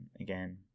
again